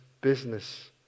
business